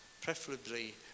preferably